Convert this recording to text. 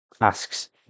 asks